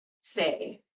say